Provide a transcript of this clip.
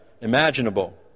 imaginable